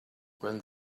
when